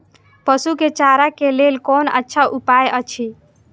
पशु के चारा के लेल कोन अच्छा उपाय अछि?